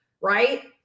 right